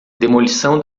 demolição